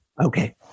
Okay